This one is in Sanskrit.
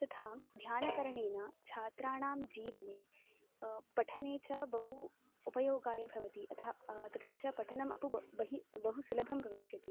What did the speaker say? तथा ध्यानकरणेन छात्राणां जीवने पठने च बहु उपयोगाय भवति यथा तथा च पठनम् अपि बो बहु बहु सुलभं भविष्यति